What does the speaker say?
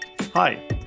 Hi